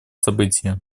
события